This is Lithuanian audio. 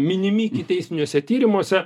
minimi ikiteisminiuose tyrimuose